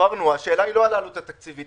על עלות התקציבית,